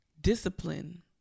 Discipline